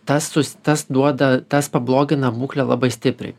tas sus tas duoda tas pablogina būklę labai stipriai